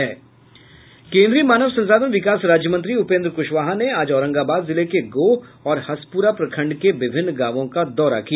केंद्रीय मानव संसाधन विकास राज्य मंत्री उपेंद्र कुशवाहा ने आज औरंगाबाद जिले के गोह और हसपुरा प्रखण्ड के विभिन्न गांवों का दौरा किया